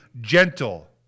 gentle